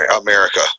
america